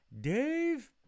Dave